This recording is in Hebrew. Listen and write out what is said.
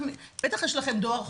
בטח יש לכם דואר חוזר,